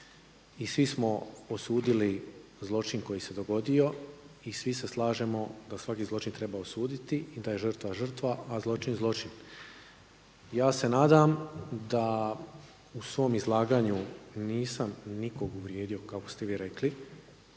i svi smo osudili zločin koji se dogodio i svi se slažemo da svaki zločin treba osuditi i da je žrtva žrtva a zločin zločin. Ja se nadam da u svom izlaganju nisam nikog uvrijedio kako ste vi rekli,